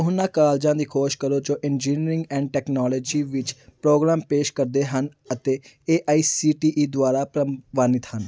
ਉਹਨਾਂ ਕਾਲਜਾਂ ਦੀ ਖੋਜ ਕਰੋ ਜੋ ਇੰਜੀਨੀਅਰਿੰਗ ਐਂਡ ਤਕਨਾਲੋਜੀ ਵਿੱਚ ਪ੍ਰੋਗਰਾਮ ਪੇਸ਼ ਕਰਦੇ ਹਨ ਅਤੇ A I C T E ਦੁਆਰਾ ਪ੍ਰਵਾਨਿਤ ਹਨ